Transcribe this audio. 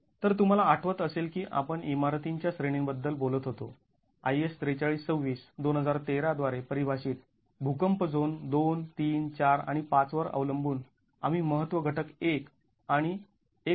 तर तुम्हाला आठवत असेल की आपण इमारतींच्या श्रेणींबद्दल बोलत होतो IS ४३२६ २०१३ द्वारे परिभाषित भूकंप झोन २ ३ ४ आणि ५ वर अवलंबून आम्ही महत्त्व घटक १ आणि १